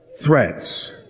threats